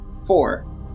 Four